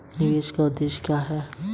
निवेश का उद्देश्य क्या है?